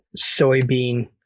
soybean